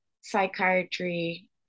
psychiatry